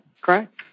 correct